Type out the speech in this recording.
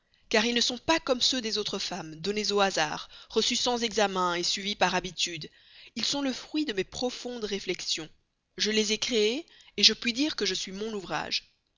car ils ne sont pas comme ceux des autres femmes donnés au hasard reçus sans examen suivis par habitude ils sont le fruit de mes profondes réflexions je les ai créés je puis dire que je suis mon ouvrage